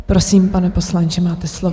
Prosím, pane poslanče, máte slovo.